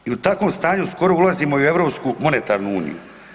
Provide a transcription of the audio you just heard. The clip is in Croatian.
I u takom stanju skoro ulazimo i u europsku monetarnu uniju.